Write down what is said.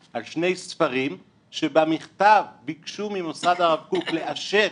על שני ספרים שבמכתב ביקשו ממוסד הרב קוק לאשר